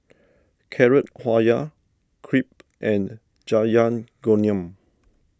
Carrot Halwa Crepe and Jajangmyeon